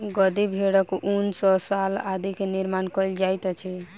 गद्दी भेड़क ऊन सॅ शाल आदि के निर्माण कयल जाइत अछि